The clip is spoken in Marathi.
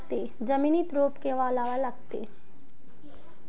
जमिनीत रोप कवा लागा लागते?